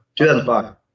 2005